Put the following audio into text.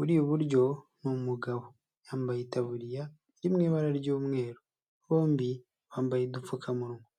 Uri iburyo ni umugabo yambaye itaburiya iri mu ibara ry'umweru, bombi bambaye udupfukamunwa.